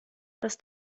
dass